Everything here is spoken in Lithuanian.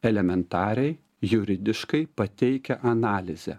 elementariai juridiškai pateikę analizę